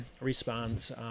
response